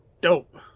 dope